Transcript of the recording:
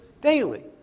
daily